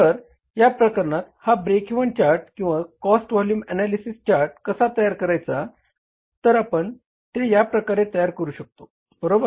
तर या प्रकरणात हा ब्रेक इव्हन चार्ट किंवा कॉस्ट व्हॉल्युम एनालिसीस चार्ट कसा तयार करायचा तर आपण ते या प्रकारे तयार करू शकतो बरोबर